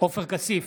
עופר כסיף,